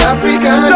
African